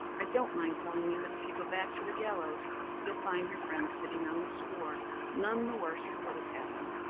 i don't mind telling you that if you go back to the gallows you'll find your friends sitting on the sward none the worse for what has happened.